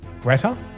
Greta